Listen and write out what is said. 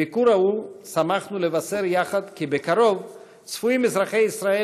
בביקור ההוא שמחנו לבשר יחד כי בקרוב צפוי כי אזרחי ישראל